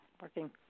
working